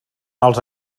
els